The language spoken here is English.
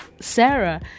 Sarah